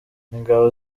ingabo